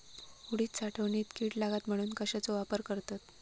उडीद साठवणीत कीड लागात म्हणून कश्याचो वापर करतत?